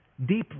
deeply